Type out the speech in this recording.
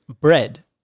bread